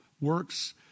works